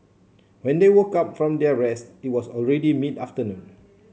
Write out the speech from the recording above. when they woke up from their rest it was already mid afternoon